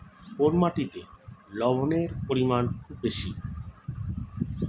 কোন মাটিতে লবণের পরিমাণ খুব বেশি?